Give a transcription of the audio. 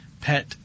pet